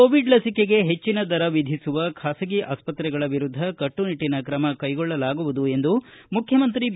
Covid ಲಸಿಕೆಗೆ ಹೆಜ್ಜಿನ ದರ ವಿಧಿಸುವ ಖಾಸಗಿ ಆಸ್ಪತ್ರೆಗಳ ವಿರುದ್ದ ಕಟ್ಟುನಿಟ್ಲಿನ ಕ್ರಮ ಕೈಗೊಳ್ಳಲಾಗುವುದು ಎಂದು ಮುಖ್ಯಮಂತ್ರಿ ಬಿ